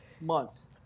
months